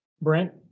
Brent